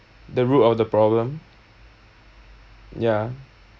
the root of the problem ya